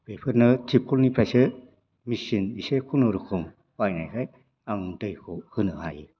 बेफोरनो थिबखलनिफ्रायसो मिसिन मोनसे खुनुरुखुम बायनानै आं दैखौ होनो हायो